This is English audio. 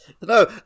No